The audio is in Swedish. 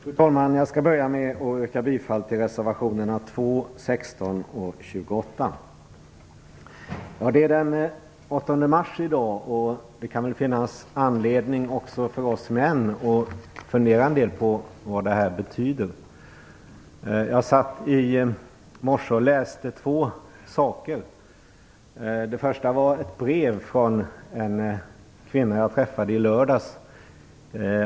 Fru talman! Jag skall börja med att yrka bifall till reservationerna 2, 16 och 28. Det är den 8 mars i dag, och det kan finnas anledning också för oss män att fundera på en del på vad det betyder. Jag satt i morse och läste två olika saker. Det första var ett brev från en kvinna som jag träffade i lördags.